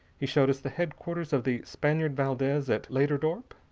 he showed us the headquarters of the spaniard valdez at leyderdorp,